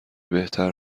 بهتر